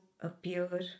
appear